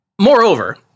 Moreover